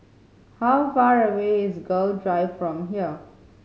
how far away is Gul Drive from here